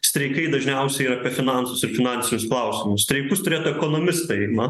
streikai dažniausiai yra apie finansus ir finansinius klausimus streikus turėtų ekonomistai man